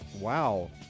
wow